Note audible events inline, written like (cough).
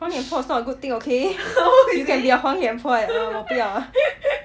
黄脸婆 is not a good thing okay you can be a 黄脸婆我不要啊 (laughs)